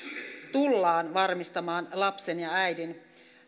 tullaan varmistamaan lapsen ja äidin